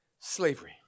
slavery